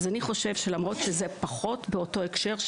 אז אני חושב שלמרות שזה פחות באותו הקשר,